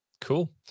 Cool